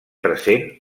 present